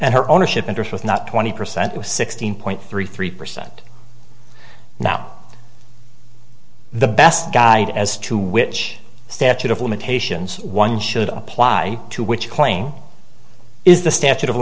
and her ownership interest with not twenty percent was sixteen point three three percent now the best guide as to which statute of limitations one should apply to which claim is the statute of